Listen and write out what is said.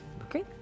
Okay